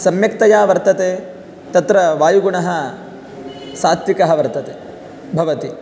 सम्यक्तया वर्तते तत्र वायुगुणः सात्विकः वर्तते भवति